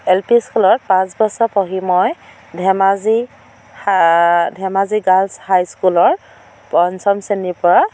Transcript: L P স্কুলত পাঁচ বছৰ পঢ়ি মই ধেমাজি হা ধেমাজি গাৰ্লছ হাইস্কুলৰ পঞ্চম শ্ৰেণীৰ পৰা